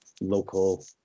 local